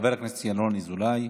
חבר הכנסת ינון אזולאי,